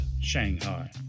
Shanghai